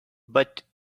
but